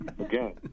Again